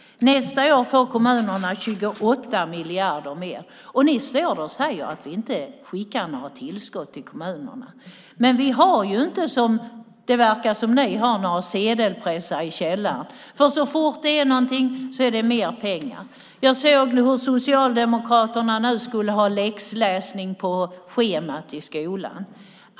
Nästa år får kommunerna 28 miljarder mer, och ni står och säger att vi inte skickar några tillskott till kommunerna. Men vi har ju inte, som ni verkar ha, några sedelpressar i källaren, för så fort det är någonting ska det vara mer pengar. Jag såg att Socialdemokraterna nu vill ha läxläsning på schemat i skolan.